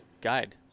guide